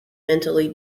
mentally